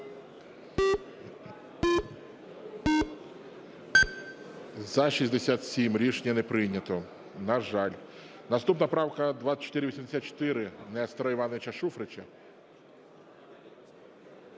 За-67 Рішення не прийнято. На жаль. Наступна правка 2484, Нестора Івановича Шуфрича.